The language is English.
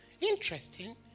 Interesting